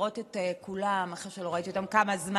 יכולת לעשות את זה באופן שונה.